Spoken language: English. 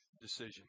decision